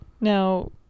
Now